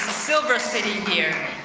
silver city here.